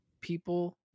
people